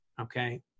okay